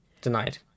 denied